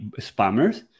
spammers